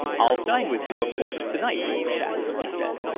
i'll dine with you, of course, to-night, old chap, he said.